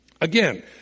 Again